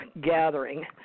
gathering